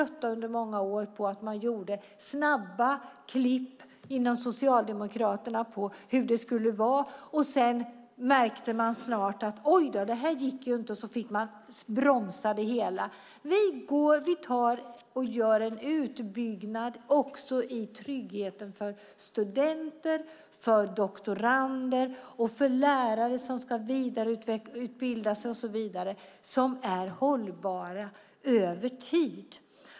Vi var under många år trötta på att Socialdemokraterna gjorde snabba klipp på hur det skulle vara. När man sedan märkte att det inte fungerade fick man bromsa det hela. Vi gör en utbyggnad vad gäller tryggheten för studenter, doktorander, lärare som ska vidareutbilda sig som är hållbar över tid.